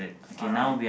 alright